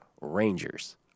Rangers